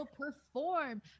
perform